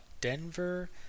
Denver